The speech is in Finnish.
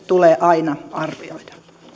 tulee aina arvioida